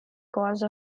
cause